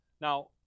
Now